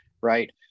right